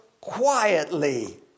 quietly